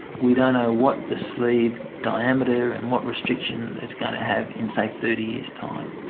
we don't know what the sleeve diameter and what restriction it's going to have in, say, thirty years' time.